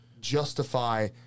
justify